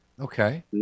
Okay